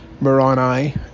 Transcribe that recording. Moroni